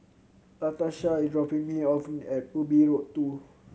Latarsha is dropping me off at Ubi Road Two